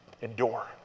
Endure